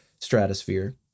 stratosphere